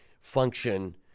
function